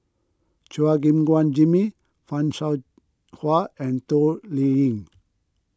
Chua Gim Guan Jimmy Fan Shao Hua and Toh Liying